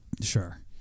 Sure